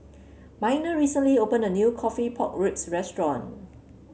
Miner recently opened a new coffee Pork Ribs restaurant